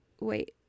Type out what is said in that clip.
wait